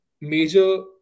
major